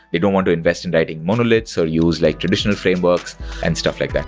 they don't want to invest in writing monoliths or use like traditional frameworks and stuff like